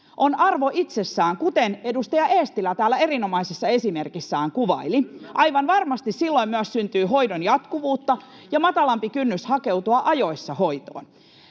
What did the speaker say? on arvo itsessään, kuten edustaja Eestilä täällä erinomaisessa esimerkissään kuvaili. Aivan varmasti silloin myös syntyy hoidon jatkuvuutta ja matalampi kynnys hakeutua ajoissa hoitoon.